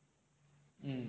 mm